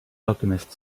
alchemist